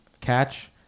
catch